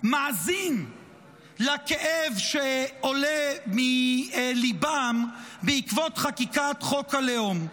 מאזין לכאב שעולה מליבם בעקבות חקיקת חוק הלאום.